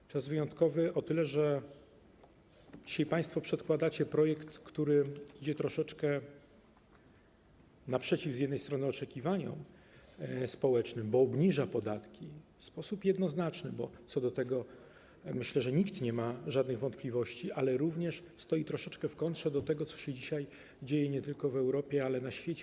To czas wyjątkowy o tyle, że dzisiaj państwo przedkładacie projekt, który wychodzi troszeczkę naprzeciw z jednej strony oczekiwaniom społecznym, bo obniża podatki w sposób jednoznaczny - myślę, że co do tego nikt nie ma żadnych wątpliwości - ale również stoi troszeczkę w kontrze do tego, co się dzisiaj dzieje nie tylko w Europie, ale także na świecie.